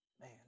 man